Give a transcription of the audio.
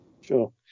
sure